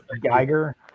Geiger